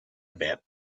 about